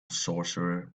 sorcerer